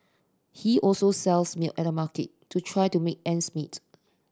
he also sells milk at the market to try to make ends meet